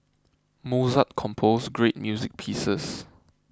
Mozart composed great music pieces